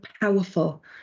powerful